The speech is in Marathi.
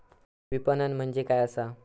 विपणन म्हणजे काय असा?